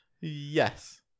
Yes